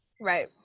Right